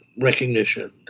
recognition